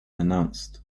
announced